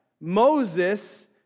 Moses